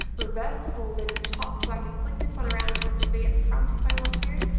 reversible linen top so i can flick this one around and have the v at the front if i want to.